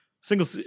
single